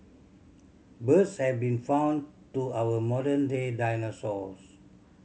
birds have been found to our modern day dinosaurs